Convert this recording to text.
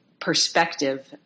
perspective